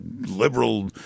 liberal